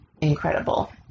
incredible